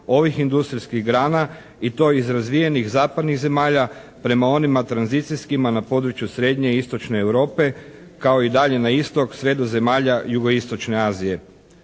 ovih industrijskih grana i to iz razvijenih zapadnih zemalja prema onim tranzicijskima na području Srednje i Istočne Europe kao i dalje na istok sve do zemalja Jugoistočne Azije.